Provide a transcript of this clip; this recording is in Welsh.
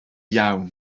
iawn